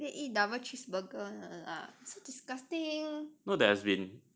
!aiya! you everyday eat double cheeseburger one lah so disgusting